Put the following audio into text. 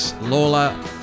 Lola